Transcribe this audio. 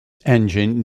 engine